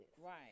Right